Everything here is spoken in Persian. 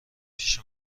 پیش